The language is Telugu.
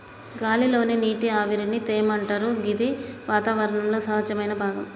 గాలి లోని నీటి ఆవిరిని తేమ అంటరు గిది వాతావరణంలో సహజమైన భాగం